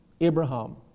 Abraham